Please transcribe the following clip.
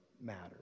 matters